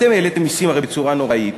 הרי העליתם מסים בצורה נוראית,